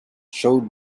showed